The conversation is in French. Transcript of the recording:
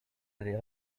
avaient